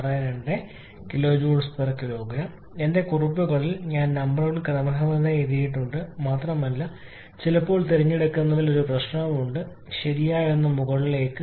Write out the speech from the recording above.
62 𝑘𝐽⁄𝑘𝑔 എന്റെ കുറിപ്പുകളിൽ ഞാൻ ഈ നമ്പറുകൾ ക്രമരഹിതമായി എഴുതിയിട്ടുണ്ട് മാത്രമല്ല ചിലപ്പോൾ തിരഞ്ഞെടുക്കുന്നതിൽ പ്രശ്നമുണ്ട് ശരിയായ ഒന്ന് മുകളിലേക്ക്